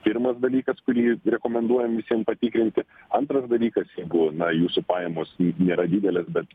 pirmas dalykas kurį rekomenduojam visiem patikrinti antras dalykas na jeigu jūsų pajamos nėra didelės bet